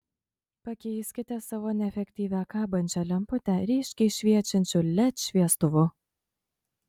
pakeiskite savo neefektyvią kabančią lemputę ryškiai šviečiančiu led šviestuvu